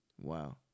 Wow